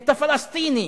את הפלסטיני,